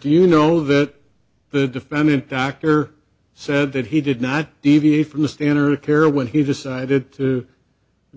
do you know that the defendant doctor said that he did not deviate from the standard of care when he decided to